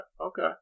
okay